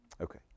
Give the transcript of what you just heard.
Okay